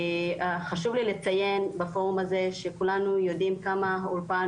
חשוב לי לציין בפורום הזה שכולנו יודעים כמה אולפן